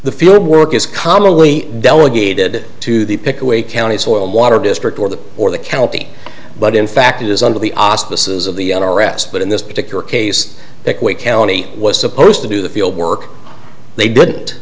the field work is commonly delegated to the pickaway county soil water district or the or the county but in fact it is under the auspices of the i r s but in this particular case that wake county was supposed to do the field work they did